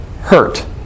hurt